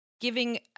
giving